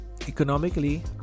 economically